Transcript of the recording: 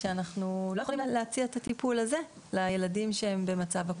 שאנחנו לא יכולים להציע את הטיפול הזה לילדים שהם במצב אקוטי.